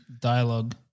Dialogue